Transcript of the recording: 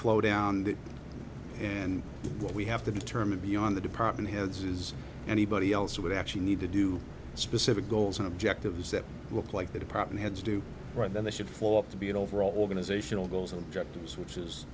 flow down there and what we have to determine beyond the department heads is anybody else who would actually need to do specific goals and objectives that look like the department heads do right then they should follow up to be an overall organizational goals and objectives which is